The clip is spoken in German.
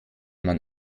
man